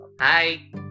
Hi